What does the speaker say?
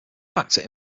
factor